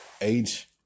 age